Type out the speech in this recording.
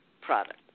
product